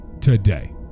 Today